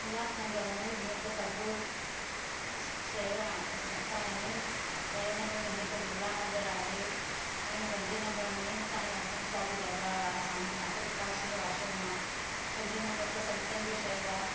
उल्हासनगर में जीअं त सभु शहर सुठा आहिनि पहिरें नंबर में जीअं त बिरला मंदरु आहे ऐं पंज नंबरु में साईं वसण शाह जी दरॿार आहे साम्हू शांती प्रकाश जो आश्रमु आहे पंजों नंबरु त संतनि जो शहरु आहे